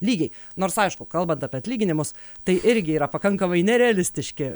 lygiai nors aišku kalbant apie atlyginimus tai irgi yra pakankamai nerealistiški